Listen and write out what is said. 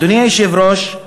אדוני היושב-ראש,